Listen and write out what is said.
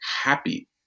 happy